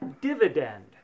dividend